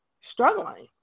struggling